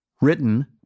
Written